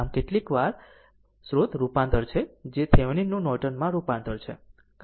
આમ કેટલીકવાર સ્રોત રૂપાંતર છે જે થેવેનિન નું નોર્ટન માં રૂપાંતર છે